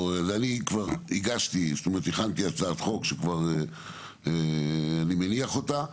אני כבר הכנתי הצעת חוק שאני כבר מניח אותה,